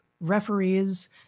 referees